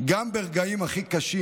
גם ברגעים הכי קשים.